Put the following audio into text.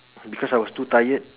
because I was too tired